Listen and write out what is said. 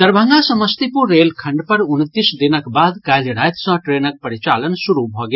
दरभंगा समस्तीपुर रेलखंड पर उनतीस दिनक बाद काल्हि राति सँ ट्रेनक परिचालन शुरू भऽ गेल